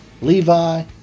Levi